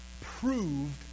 proved